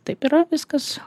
taip yra viskas